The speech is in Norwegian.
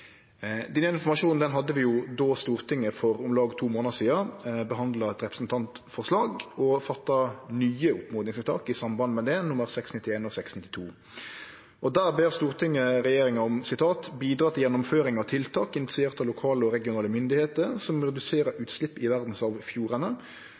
informasjonen hadde vi då Stortinget, for om lag to månader sidan, behandla eit representantforslag og fatta nye oppmodingsvedtak i samband med det, vedtaka 690 og 691. Der ber Stortinget regjeringa, i vedtak 690: «bidra til gjennomføring av tiltak initiert av lokale og regionale myndigheter, som reduserer